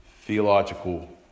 theological